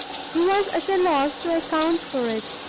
he was at a loss to account for it.